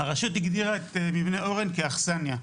הרשות הגדירה את מבנה אורן כאכסנייה,